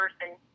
person